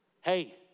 Hey